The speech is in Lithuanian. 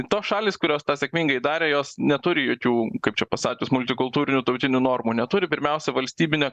tos šalys kurios tą sėkmingai darė jos neturi jokių kaip čia pasakius multikultūrinių tautinių normų neturi pirmiausia valstybinė